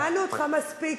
שמענו אותך מספיק,